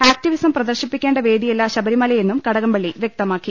activism പ്രദർശിപ്പിക്കേണ്ട വേദിയല്ല ശബരിമലയെന്നും കടകംപള്ളി വൃക്തമാക്കി